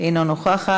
אינה נוכחת.